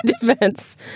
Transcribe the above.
defense